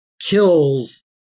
kills